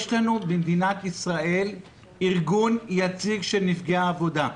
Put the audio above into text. יש לנו במדינת ישראל ארגון יציג של נפגעי עבודה,